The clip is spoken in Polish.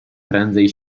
prędzej